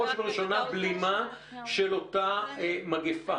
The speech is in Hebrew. בראש ובראשונה בלימה של אותה מגיפה.